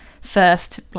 first